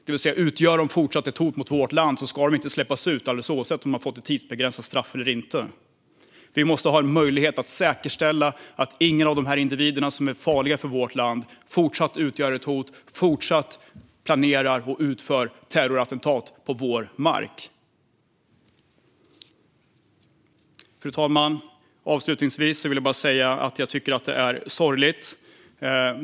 Det innebär att om de även fortsatt utgör ett hot mot vårt land ska de inte släppas ut alldeles oavsett om de har fått ett tidsbegränsat straff eller inte. Vi måste ha möjlighet att säkerställa att ingen av de individer som är farliga för vårt land fortsatt utgör ett hot genom att de kan fortsätta att planera och utföra terrorattentat på vår mark. Fru talman! Avslutningsvis vill jag bara säga att jag tycker att detta är sorgligt.